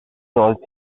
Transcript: also